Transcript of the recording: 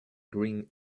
green